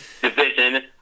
division